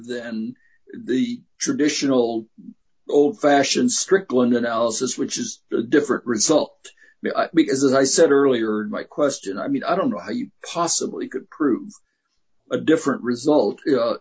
than the traditional old fashioned stricklin analysis which is a different result because as i said earlier in my question i mean i don't know how you possibly could prove a different result